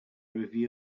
review